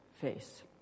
face